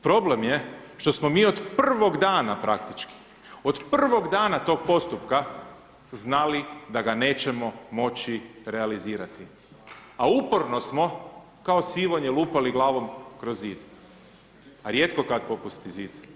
Problem je što smo mi od prvog dana praktički, od prvog dana tog postupku znali da ga nećemo moći realizirati, a uporno smo kao „sivonje“ lupali glavom kroz zid, a rijetko kada popusti zid.